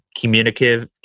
communicative